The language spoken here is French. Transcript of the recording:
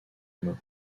main